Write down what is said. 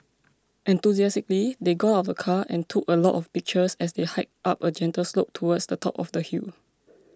enthusiastically they got out of the car and took a lot of pictures as they hiked up a gentle slope towards the top of the hill